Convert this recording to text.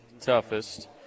toughest